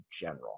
general